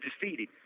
defeated